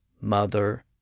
mother